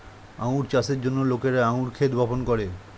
আঙ্গুর চাষের জন্য লোকেরা আঙ্গুর ক্ষেত বপন করে